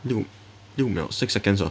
六六秒 six seconds ah